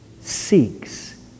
seeks